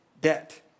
debt